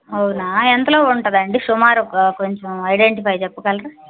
అవునా ఎంతలో ఉంటుందండి సుమారు ఒక కొంచెం ఐడెంటిఫై చెప్పగలరా